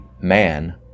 man